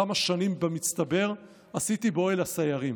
כמה שנים במצטבר עשיתי באוהל הסיירים.